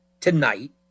tonight